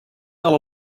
alle